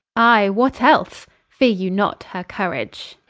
i, what else? feare you not her courage